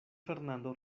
fernando